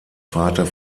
vater